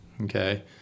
okay